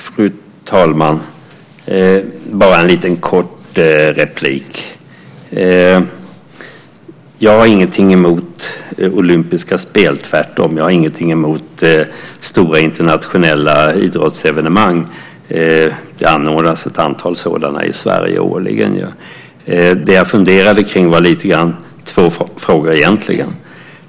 Fru talman! Jag har bara en kort replik. Jag har ingenting emot olympiska spel, tvärtom. Jag har ingenting emot stora internationella idrottsevenemang. Det anordnas ju ett antal sådana i Sverige årligen. Det jag funderade kring var två frågor.